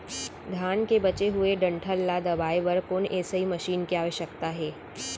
धान के बचे हुए डंठल ल दबाये बर कोन एसई मशीन के आवश्यकता हे?